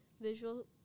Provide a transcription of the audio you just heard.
visual